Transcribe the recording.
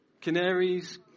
Canaries